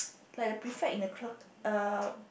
like the prefect in the class uh